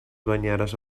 banyeres